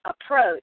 approach